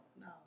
no